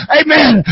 amen